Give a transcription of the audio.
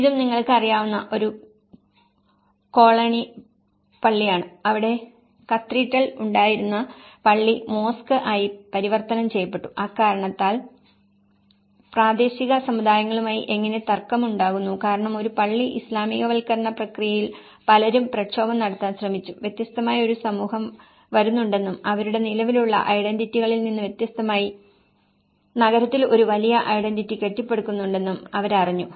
ഇതും നിങ്ങൾക്ക് അറിയാവുന്ന ഒരു കൊളോണി പള്ളിയാണ് അവിടെ കത്തീഡ്രൽ ഉണ്ടായിരുന്ന പള്ളി മോസ്ക് ആയി പരിവർത്തനം ചെയ്യപ്പെട്ടു അക്കാരണത്താൽ പ്രാദേശിക സമൂഹങ്ങളുമായി എങ്ങനെ തർക്കം ഉണ്ടാകുന്നു കാരണം ഒരു പള്ളി ഇസ്ലാമികവൽക്കരണ പ്രക്രിയയിൽ പലരും പ്രക്ഷോഭം നടത്താൻ ശ്രമിച്ചു വ്യത്യസ്തമായ ഒരു സമൂഹം വരുന്നുണ്ടെന്നും അവരുടെ നിലവിലുള്ള ഐഡന്റിറ്റികളിൽ നിന്ന് വ്യത്യസ്തമായി നഗരത്തിൽ ഒരു വലിയ ഐഡന്റിറ്റി കെട്ടിപ്പടുക്കുന്നുണ്ടെന്നും അവരറിഞ്ഞു